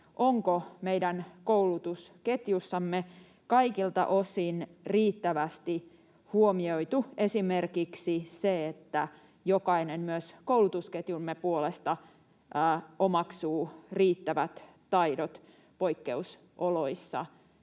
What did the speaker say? onko meidän koulutusketjussamme kaikilta osin riittävästi huomioitu esimerkiksi se, että jokainen myös koulutusketjumme puolesta omaksuu riittävät taidot ja